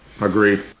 agreed